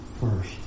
first